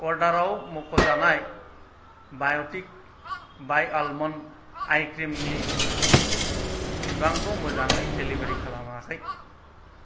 अर्डाराव मुंख जानाय बायटिक बाय' आल्मन्ड आइ क्रिम नि बिबांखौ मोजाङै डेलिभारि खालामाखै